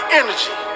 energy